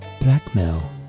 blackmail